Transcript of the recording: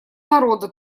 народа